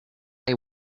they